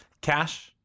Cash